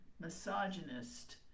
misogynist